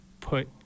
put